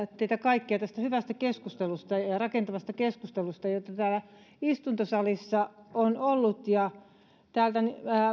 teitä kaikkia tästä hyvästä ja ja rakentavasta keskustelusta jota täällä istuntosalissa on ollut täältä